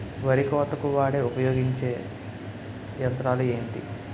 వరి కోతకు వాడే ఉపయోగించే యంత్రాలు ఏంటి?